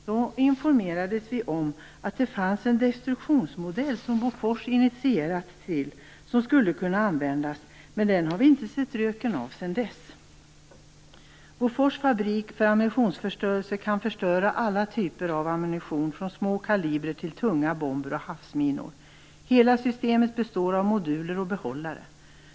Då informerades vi om att det fanns en destruktionsmodell som Bofors initierat, som skulle kunna användas. Men den har vi inte sett röken av sedan dess. Bofors fabrik för ammunitionsförstörelse kan förstöra alla typer av ammunition, från små kalibrer till tunga bomber och havsminor. Hela systemet består av moduler och behållare.